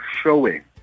showing